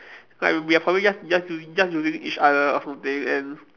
like we are probably just just using just using each other or something and